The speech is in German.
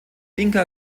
inka